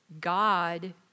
God